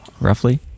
roughly